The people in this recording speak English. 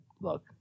look